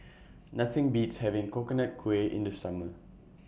Nothing Beats having Coconut Kuih in The Summer